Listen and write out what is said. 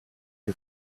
you